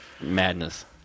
madness